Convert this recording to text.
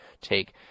take